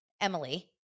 Emily